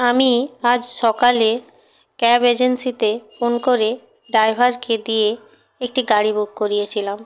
আমি আজ সকালে ক্যাব এজেন্সিতে ফোন করে ড্রাইভারকে দিয়ে একটি গাড়ি বুক করিয়েছিলাম